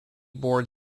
board